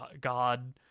god